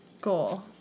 goal